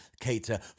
cater